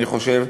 אני חושב,